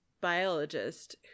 biologist